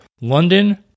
London